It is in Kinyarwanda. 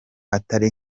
atari